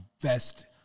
invest